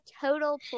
total